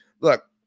Look